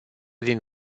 din